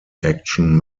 action